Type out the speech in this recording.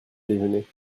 déjeuner